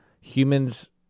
humans